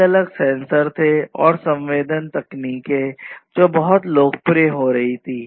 अलग अलग सेंसर थे और संवेदन तकनीकें जो बहुत लोकप्रिय हो रही थीं